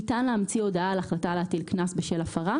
ניתן להמציא הודעה על החלטה להטיל קנס בשל ההפרה